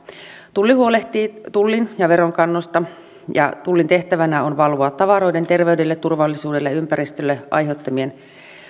tulli huolehtii tullin ja veronkannosta ja tullin tehtävänä on valvoa tavaroiden terveydelle turvallisuudelle ja ympäristölle aiheuttamien